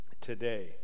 today